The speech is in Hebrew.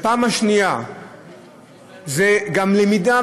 וזו גם למידה,